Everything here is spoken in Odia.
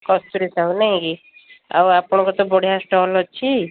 କସ୍ତୁରୀ ସାହୁ ନାଇଁକି ଆଉ ଆପଣଙ୍କର ତ ବଢ଼ିଆ ଷ୍ଟଲ୍ ଅଛି